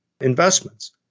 investments